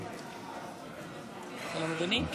שלום, אדוני.